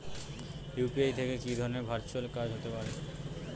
UPI থেকে কি ধরণের ভার্চুয়াল কাজ হতে পারে?